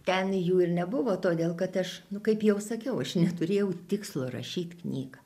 ten jų ir nebuvo todėl kad aš nu kaip jau sakiau aš neturėjau tikslo rašyt knygą